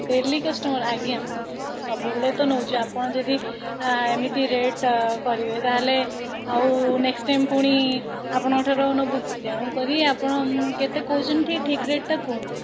daily customer ଆଜ୍ଞା ସବୁବେଳେ ତ ନେଉଛୁ ଆପଣ ଯଦି ଏଁ ଏମିତି ରେଟ୍ କରିବେ ତାହାଲେ ଆଉ ନେକ୍ସ୍ଟ୍ ଟାଇମ୍ ପୁଣି ଆପଣଙ୍କଠାରୁ ଆଉ ନେବୁ କି ତେଣୁକରି ଆପଣ କେତେ କହୁଛନ୍ତି ଟିକିଏ ଠିକ୍ ରେଟ୍ଟା କୁହନ୍ତୁ